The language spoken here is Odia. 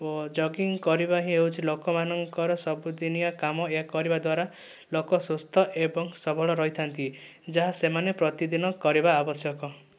ଓ ଯଗିଙ୍ଗ କରିବା ହିଁ ହେଉଛି ଲୋକମାନଙ୍କର ସବୁଦିନିଆ କାମ ଏହାଦ୍ଵାରା ଲୋକ ସୁସ୍ଥ ଏବଂ ସବଳ ରହିଥାନ୍ତି ଯାହା ସେମାନେ ପ୍ରତିଦିନ କରିବା ଆବଶ୍ୟକ